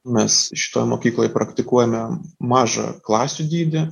mes šitoj mokykloj praktikuojame mažą klasių dydį